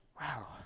Wow